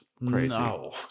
no